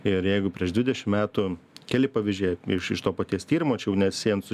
ir jeigu prieš dvidešim metų keli pavyzdžiai iš iš to paties tyrimo čia jau nesiejant su